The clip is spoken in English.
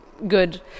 good